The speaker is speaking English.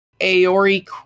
Aori